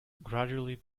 gradually